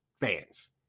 fans